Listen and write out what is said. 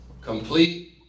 Complete